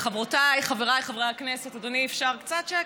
חברותיי, חבריי חברי הכנסת, אדוני, אפשר קצת שקט?